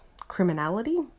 criminality